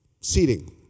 seating